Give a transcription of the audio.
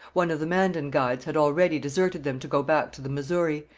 one of the mandan guides had already deserted them to go back to the missouri,